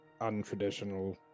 untraditional